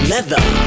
Leather